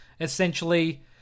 essentially